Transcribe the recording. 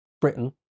Britain